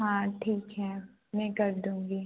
हाँ ठीक है मैं कर दूँगी